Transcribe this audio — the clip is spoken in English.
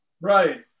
Right